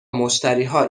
مشتریها